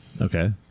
Okay